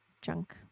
junk